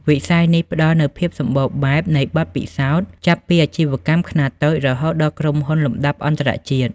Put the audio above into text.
វិស័យនេះផ្ដល់នូវភាពសម្បូរបែបនៃបទពិសោធន៍ ចាប់ពីអាជីវកម្មខ្នាតតូច រហូតដល់ក្រុមហ៊ុនលំដាប់អន្តរជាតិ។